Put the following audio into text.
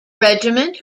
regiment